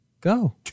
Go